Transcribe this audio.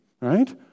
right